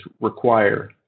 require